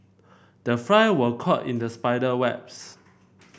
the fly were caught in the spider webs